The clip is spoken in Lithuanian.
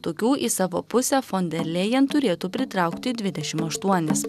tokių į savo pusę fon der lėjan turėtų pritraukti dvidešim aštuonis